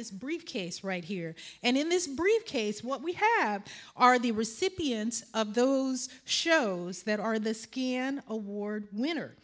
this briefcase right here and in this briefcase what we have are the recipients of those shows that are the ski an award winner